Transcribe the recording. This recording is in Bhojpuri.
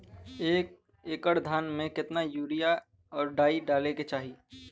एक एकड़ धान में कितना यूरिया और डाई डाले के चाही?